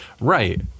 Right